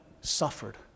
suffered